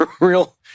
Real